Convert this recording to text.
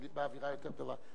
באווירה יותר טובה.